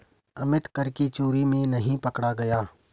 अमित कर की चोरी में नहीं पकड़ा गया